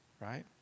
right